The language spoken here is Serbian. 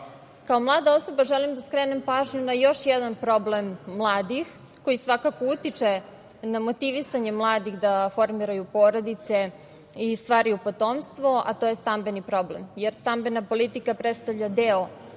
mlada osoba, želim da skrenem pažnju na još jedan problem mladih koji svakako utiče na motivisanje mladih da formiraju porodice i stvaraju potomstvo, a to je stambeni problem, jer stambena politika predstavlja deo